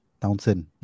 Townsend